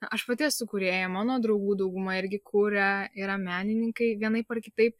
aš pati esu kūrėja mano draugų dauguma irgi kuria yra menininkai vienaip ar kitaip